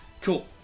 Cool